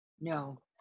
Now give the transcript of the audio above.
No